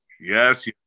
Yes